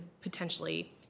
potentially